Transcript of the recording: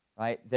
right,